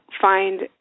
find